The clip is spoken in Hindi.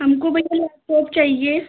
हमको भैया लैपटॉप चाहिए